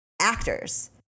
actors